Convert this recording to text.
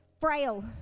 frail